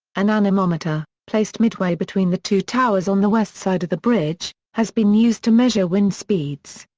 an anemometer, placed midway between the two towers on the west side of the bridge, has been used to measure wind speeds.